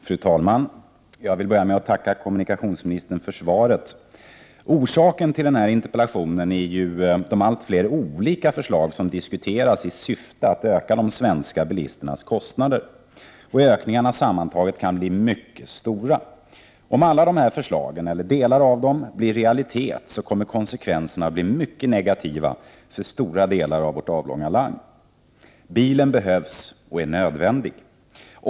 Fru talman! Jag vill börja med att tacka kommunikationsministern för svaret. Orsaken till denna interpellation är de allt fler olika förslag som diskuteras i syfte att öka de svenska bilisternas kostnader. Ökningarna kan sammantaget bli mycket stora. Om alla dessa förslag eller delar av dem blir realitet kommer konsekvenserna att bli mycket negativa för stora delar av vårt avlånga land. Bilen behövs och är nödvändig.